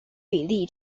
比例